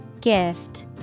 Gift